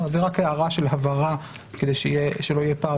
זאת הערה של הבהרה כדי שלא יהיה פער